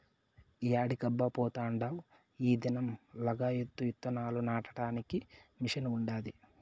యాడికబ్బా పోతాండావ్ ఈ దినం లగాయత్తు ఇత్తనాలు నాటడానికి మిషన్ ఉండాది